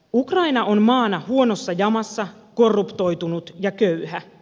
ukraina on maana huonossa jamassa korruptoitunut ja köyhä